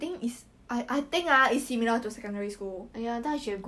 and um he's very sensitive